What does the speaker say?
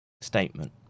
statement